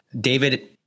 david